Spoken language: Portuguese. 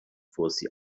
fosse